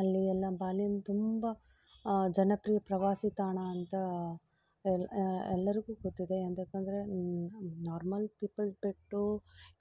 ಅಲ್ಲಿ ಎಲ್ಲ ಬಾಲಿನ ತುಂಬ ಜನಪ್ರಿಯ ಪ್ರವಾಸಿ ತಾಣ ಅಂತ ಎಲ್ಲರಿಗೂ ಗೊತ್ತಿದೆ ಯಾಕಂದರೆ ನಾರ್ಮಲ್ ಪೀಪಲ್ ಬಿಟ್ಟು